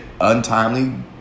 untimely